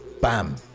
Bam